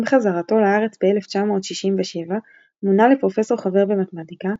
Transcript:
עם חזרתו לארץ ב-1967 מונה לפרופסור חבר במתמטיקה,